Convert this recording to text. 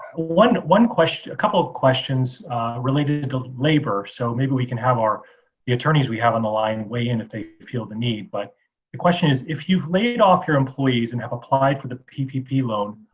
one one question, a couple of questions related to labor. so maybe we can have our the attorneys we have on the line weigh in if they feel the need. but the question is, if you've laid off your employees and have applied for the ppp loan,